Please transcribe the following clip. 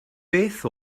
beth